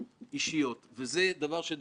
מנעה ממני להתקדם בעניין הזה.